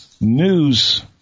news